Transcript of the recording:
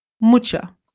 Mucha